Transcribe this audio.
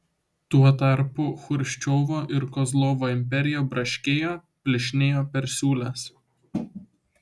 tuo tarpu chruščiovo ir kozlovo imperija braškėjo plyšinėjo per siūles